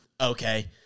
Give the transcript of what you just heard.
Okay